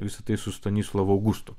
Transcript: visa tai su stanislovu augustu